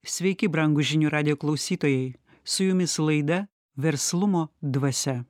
sveiki brangūs žinių radijo klausytojai su jumis laida verslumo dvasia